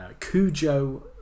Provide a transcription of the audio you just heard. Cujo